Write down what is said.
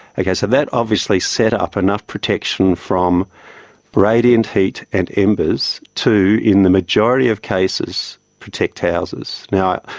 ok, so that obviously set up enough protection from radiant heat and embers to in the majority of cases protect houses. now,